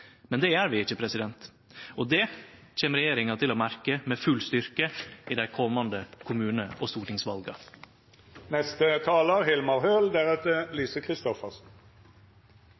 Men det gjer vi ikkje, og det kjem regjeringa til å merke med full styrke i dei komande kommune- og stortingsvala.